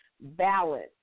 balance